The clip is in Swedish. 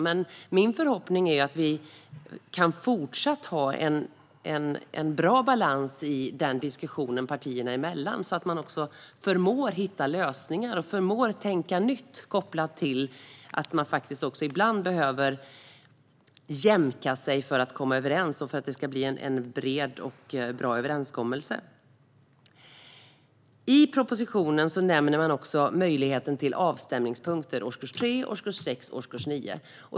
Min förhoppning är att vi kan fortsätta att ha en bra balans i diskussionen partierna emellan så att man förmår hitta lösningar och tänka nytt, detta kopplat till att man ibland behöver jämka sig för att komma överens och för att det ska bli en bred och bra överenskommelse. I propositionen nämns också möjligheten till avstämningspunkter i årskurs 3, årskurs 6 och årskurs 9.